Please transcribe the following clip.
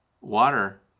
water